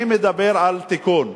אני מדבר על תיקון.